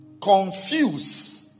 confuse